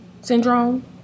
syndrome